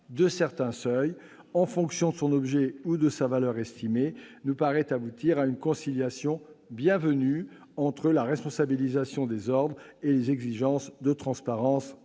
de certains seuils, en fonction de leur objet ou de leur valeur estimée, nous paraît aboutir à une conciliation bienvenue entre la responsabilisation des ordres et les exigences de transparence